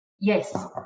Yes